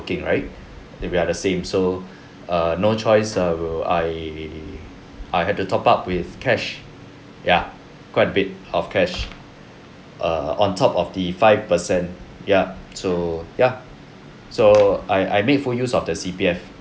working right and we are the same so err no choice err I I had to top up with cash ya quite bit of cash err on top of the five percent ya so ya so I I made full use of the C_P_F